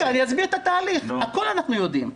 רגע, אני אסביר את התהליך, הכל אנחנו יודעים,